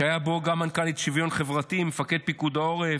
שהיו בו גם מנכ"לית המשרד לשוויון חברתי ומפקד פיקוד העורף.